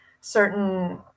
certain